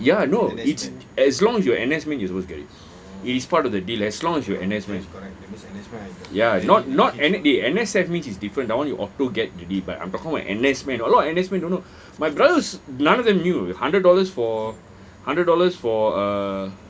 ya no it's as long as are N_S man you are supposed to get it it is part of the deal as long as you are N_S man ya not not eh N_S_F means it's different that one you auto get already but I'm talking about N_S men a lot of N_S men don't know my brothers none of them knew hundred dollars for hundred dollars for err